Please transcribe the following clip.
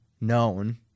known